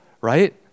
right